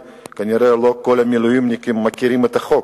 כנראה, לא כל המילואימניקים מכירים את החוק,